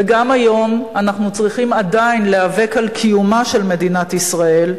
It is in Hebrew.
גם היום אנחנו צריכים עדיין להיאבק על קיומה של מדינת ישראל,